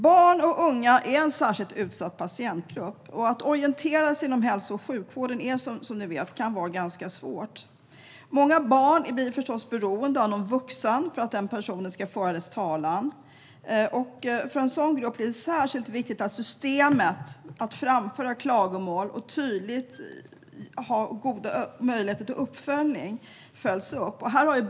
Barn och unga är en särskilt utsatt patientgrupp, och att orientera sig inom hälso och sjukvården kan, som ni vet, vara ganska svårt. Många barn blir förstås beroende av någon vuxen för att den personen ska föra deras talan. För en sådan grupp blir det särskilt viktigt att systemet för att framföra klagomål är tydligt och att det finns goda möjligheter till uppföljning.